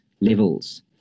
levels